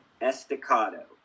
Estacado